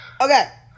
Okay